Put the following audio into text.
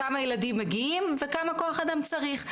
כמה ילדים מגיעים וכמה כוח אדם צריך,